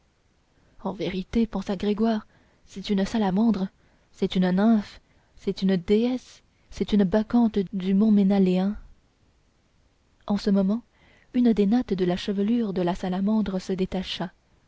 en vérité pensa gringoire c'est une salamandre c'est une nymphe c'est une déesse c'est une bacchante du mont ménaléen en ce moment une des nattes de la chevelure de la salamandre se détacha